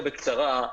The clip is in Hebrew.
בבקשה.